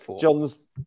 John's